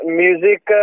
music